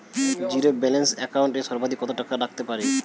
Zero balance account এ সর্বাধিক কত টাকা রাখতে পারি?